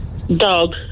Dog